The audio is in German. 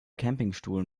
campingstuhl